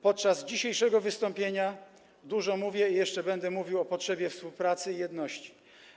Podczas dzisiejszego wystąpienia dużo mówię i jeszcze będę mówił o potrzebie współpracy i jedności.